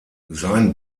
sein